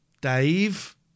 Dave